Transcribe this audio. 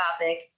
topic